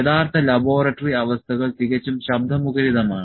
യഥാർത്ഥ ലബോറട്ടറി അവസ്ഥകൾ തികച്ചും ശബ്ദമുഖരിതമാണ്